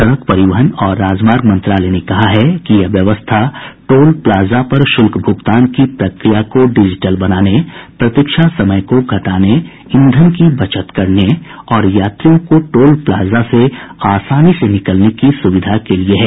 सड़क परिवहन और राजमार्ग मंत्रालय ने कहा है कि यह व्यवस्था टोल प्लाजा पर शुल्क भुगतान की प्रक्रिया को डिजिटल बनाने प्रतीक्षा समय को घटाने ईंधन की बचत करने और यात्रियों को टोल प्लाजा से आसानी से निकलने की सुविधा के लिए की गई है